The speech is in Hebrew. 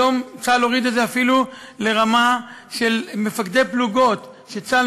היום צה"ל הוריד את זה אפילו לרמה של מפקדי פלוגות שצה"ל